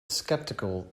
skeptical